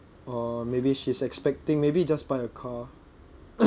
or maybe she's expecting maybe just buy a car